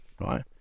right